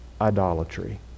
idolatry